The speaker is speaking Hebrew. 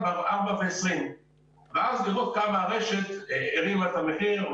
ב-4.20 שקלים ואז לראות בכמה הרשת הרימה את המחיר.